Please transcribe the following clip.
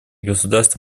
государства